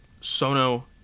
Sono